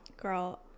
Girl